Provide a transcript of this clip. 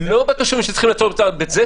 לא בתושבים שצריכים לעצור בצד הדרך.